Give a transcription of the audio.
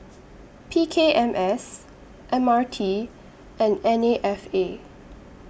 P K M S M R T and N A F A